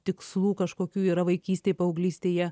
tikslų kažkokių yra vaikystėj paauglystėj jie